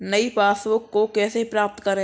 नई पासबुक को कैसे प्राप्त करें?